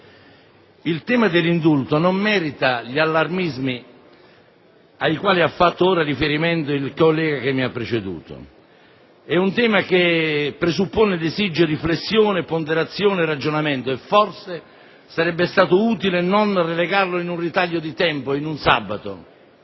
il tema dell'indulto non merita gli allarmismi ai quali ha fatto ora riferimento il collega che mi ha preceduto. Si tratta di un tema che presuppone ed esige riflessione, ponderazione, ragionamento e forse sarebbe stato utile non relegarlo in un ritaglio di tempo, in un sabato.